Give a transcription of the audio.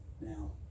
Now